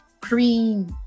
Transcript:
cream